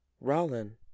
Rollin